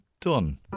done